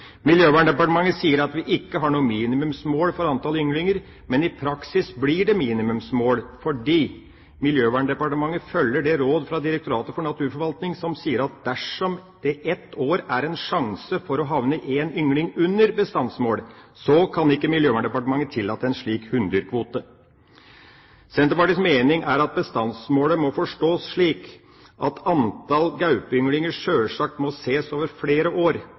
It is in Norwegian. Miljøverndepartementet sier at vi ikke har noe minimumsmål for antall ynglinger, men i praksis blir det minimumsmål fordi Miljøverndepartementet følger det rådet fra Direktoratet for naturforvaltning som sier at dersom det et år er en sjanse for å havne én yngling under bestandsmålet, kan ikke Miljøverndepartementet tillate en slik hunndyrkvote. Senterpartiets mening er at bestandsmålet må forstås slik at antall gaupeynglinger sjølsagt må ses over flere år.